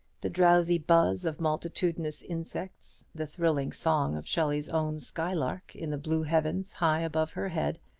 the drowzy buzz of multitudinous insects, the thrilling song of shelley's own skylark in the blue heavens high above her head,